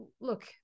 look-